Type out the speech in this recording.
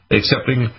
accepting